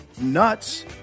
nuts